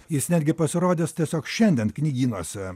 jis netgi pasirodys tiesiog šiandien knygynuose